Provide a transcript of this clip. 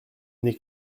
n’est